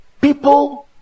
people